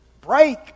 break